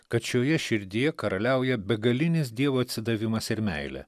kad šioje širdyje karaliauja begalinis dievo atsidavimas ir meilė